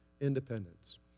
independence